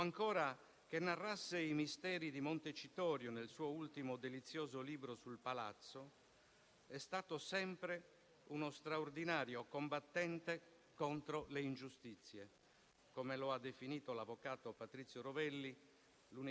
Avvocato, politico, editorialista e saggista, la sua lotta per i diritti e il diritto non ha conosciuto sosta fino agli ultimi giorni di vita, come ha sottolineato il figlio, cui va l'espressione del mio cordoglio,